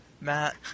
Matt